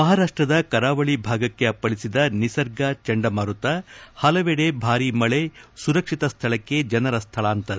ಮಪಾರಾಷ್ಟದ ಕರಾವಳಿ ಭಾಗಕ್ಕೆ ಅಪ್ಪಳಿಸಿದ ನಿಸರ್ಗ ಚಂಡಮಾರುತ ಪಲವೆಡೆ ಭಾರಿ ಮಳೆ ಸುರಕ್ಷಿತ ಸ್ಥಳಕ್ಕೆ ಜನರ ಸ್ಥಳಾಂತರ